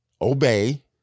obey